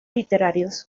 literarios